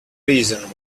reason